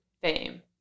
fame